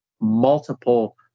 multiple